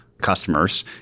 customers